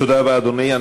תודה רבה, אדוני.